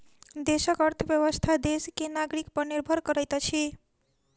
देशक अर्थव्यवस्था देश के नागरिक पर निर्भर करैत अछि